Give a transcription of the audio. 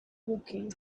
woking